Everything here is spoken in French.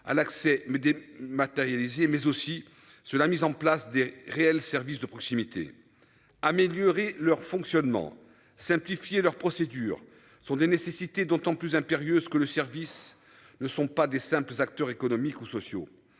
à l'accès mais des matérialisé mais aussi sur la mise en place des réels services de proximité. Améliorer leur fonctionnement simplifié leurs procédures sont des nécessités d'autant plus impérieuse que le service ne sont pas des simples acteurs économiques ou sociaux,